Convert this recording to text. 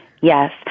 Yes